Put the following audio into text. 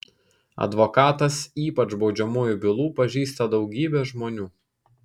advokatas ypač baudžiamųjų bylų pažįsta daugybę žmonių